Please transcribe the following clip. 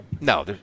No